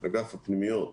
אגף הפנימיות,